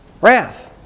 wrath